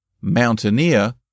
mountaineer